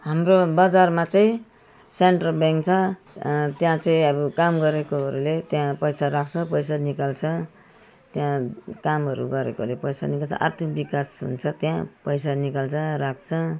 हाम्रो बजारमा चाहिँ सेन्ट्रल ब्याङ्क छ त्यहाँ चाहिँ अब काम गरेकोहरूले त्यहाँ पैसा राख्छ पैसा निकाल्छ त्यहाँ कामहरू गरेकोले पैसा निकाल्छ आर्थिक विकास हुन्छ त्यहाँ पैसा निकाल्छ राख्छ